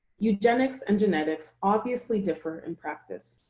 eugenics and genetics obviously differ in practice.